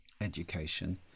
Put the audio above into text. education